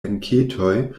enketoj